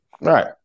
Right